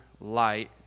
light